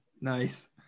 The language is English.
Nice